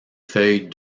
feuilles